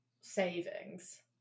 savings